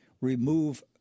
remove